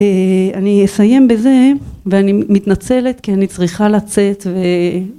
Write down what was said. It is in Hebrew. אני אסיים בזה, ואני מתנצלת כי אני צריכה לצאת ו...